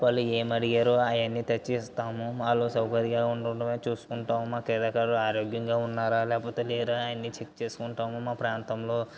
వాళ్ళు ఏమడిగారో అవన్నీ తెచ్చి ఇస్తాము వాళ్ళు సౌకర్యం ఉండుండమే చూస్కుంటాము ఆ క్రీడాకారులు ఆరోగ్యంగా ఉన్నారా లేకపోతే లేరా అవన్నీ చెక్ చేసుకుంటాము మా ప్రాంతంలో